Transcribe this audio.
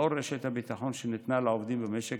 לאור רשת הביטחון שניתנה לעובדים במשק